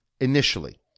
initially